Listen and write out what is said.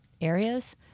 areas